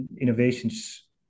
innovations